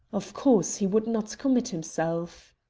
of course he would not commit himself.